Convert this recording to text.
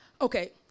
Okay